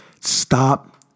Stop